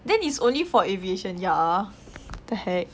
then it's only for aviation ya what the heck